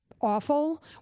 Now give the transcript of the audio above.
awful